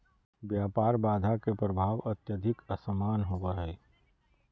व्यापार बाधा के प्रभाव अत्यधिक असमान होबो हइ